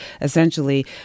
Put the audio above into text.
essentially